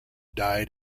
died